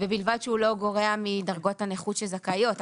ובלבד שהוא לא גורע מדרגות הנכות שזכאיות,